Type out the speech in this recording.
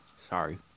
Sorry